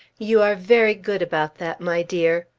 you are very good about that, my dear.